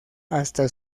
hasta